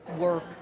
work